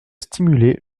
stimuler